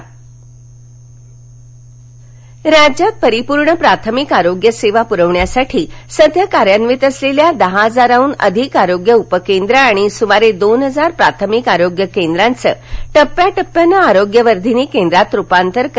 आरोग्यवर्धिनी केंद्र राज्यात परिपूर्ण प्राथमिक आरोग्य सेवा पूरविण्यासाठी सध्या राज्यात कार्यान्वित असलेल्या दहा हजारांहून अधिक आरोग्य उपकेंद्र आणि सुमारे दोन हजार प्राथमिक आरोग्य केंद्रांचं टप्प्याटप्प्यानं आरोग्यवर्धिनी केंद्रात रूपांतर करण्यात येत आहे